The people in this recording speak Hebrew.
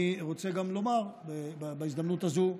אני רוצה גם לומר בהזדמנות הזו,